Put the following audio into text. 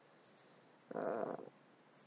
uh